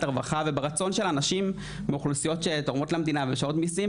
הרווחה וברצון של אנשים מאוכלוסיות שתורמות למדינה ומשלמות מיסים,